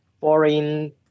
foreign